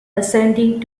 ascending